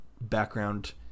background